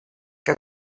que